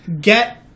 Get